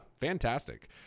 fantastic